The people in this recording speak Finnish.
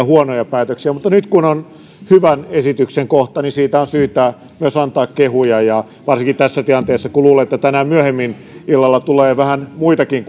huonoja päätöksiä mutta nyt kun on hyvän esityksen kohta niin siitä on syytä myös antaa kehuja ja varsinkin tässä tilanteessa kun luulen että tänään myöhemmin illalla tulee vähän muitakin